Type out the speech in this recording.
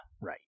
Right